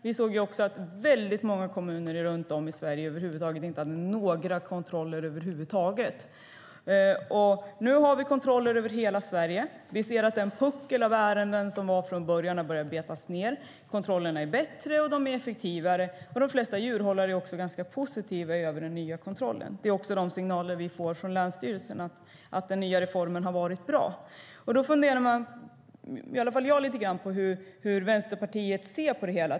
Vi såg också att väldigt många kommuner runt om i Sverige över huvud taget inte hade några kontroller. Nu har vi kontroller över hela Sverige. Vi ser att den puckel av ärenden som fanns från början har börjat betas av. Kontrollerna är bättre och effektivare, och de flesta djurhållare är ganska positiva till den nya kontrollen. Vi får också signaler från länsstyrelserna om att reformen har varit bra. Jag funderar på hur Vänsterpartiet ser på det hela.